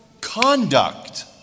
conduct